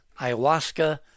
Ayahuasca